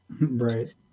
Right